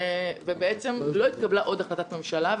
ובעצם לא התקבלה עוד החלטת ממשלה.